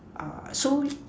uh so